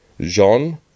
Jean